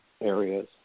areas